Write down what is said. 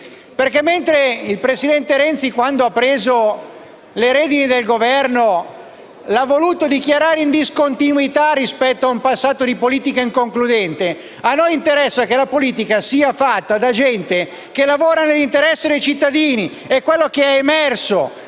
Mentre il presidente Renzi, quando ha preso le redini del Governo, ha voluto dichiarare in discontinuità rispetto a un passato di politiche inconcludenti, che al nuovo Esecutivo interessava che la politica fosse fatta da gente che lavora nell'interesse dei cittadini. E invece quanto è emerso